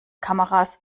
kameras